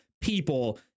people